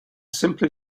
simply